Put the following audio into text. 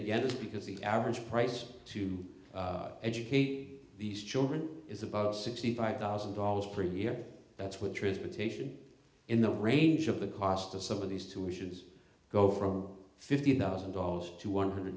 again is because the average price to educate these children is about sixty five thousand dollars per year that's what transportation in the range of the cost of some of these two issues go from fifty thousand dollars to one hundred